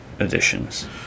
Editions